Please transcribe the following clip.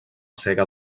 sega